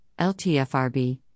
LTFRB